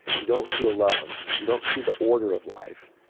you don't feel love, you don't see the order of life,